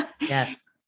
Yes